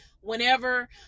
whenever